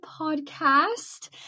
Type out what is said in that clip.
podcast